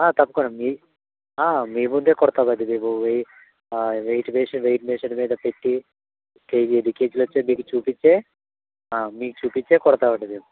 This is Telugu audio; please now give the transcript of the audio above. తప్పకుండా మీ మీ ముందే కొడతామండి మేము వెయిట్ మెషిన్ వెయిట్ మెషిన్ మీద పెట్టి కేజీలు ఎన్ని కేజీలు వచ్చాయి మీకు చూపించే మీకు చూపించే కొడతామండి మేము